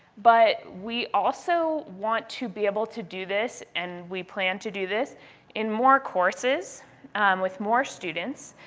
but we also want to be able to do this, and we plan to do this in more courses with more students.